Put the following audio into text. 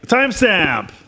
Timestamp